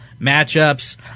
matchups